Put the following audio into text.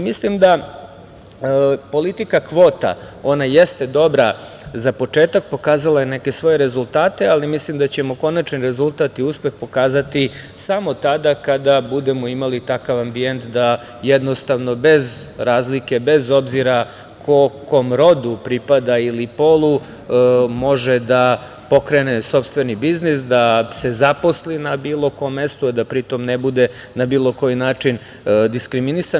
Mislim da politika kvota, ona jeste dobra za početak, pokazala je neke svoje rezultate, ali mislim da ćemo konačni rezultat i uspeh pokazati samo tada kada budemo imali takav ambijent da bez razlike, bez obzira ko kom rodu pripada ili polu može da pokrene sopstveni biznis, da se zaposli na bilo kom mestu, a da pri tom ne bude na bilo koji način diskriminisan.